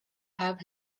have